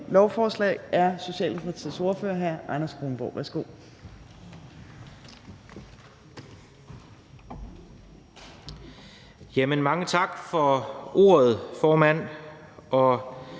lovforslaget, er Socialdemokratiets ordfører, hr. Anders Kronborg. Værsgo.